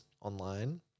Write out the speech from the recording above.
online